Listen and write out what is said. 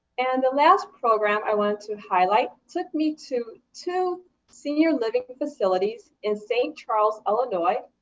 and the last program i want to highlight took me to two senior living facilities in st. charles, illinois,